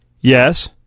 Yes